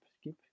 skip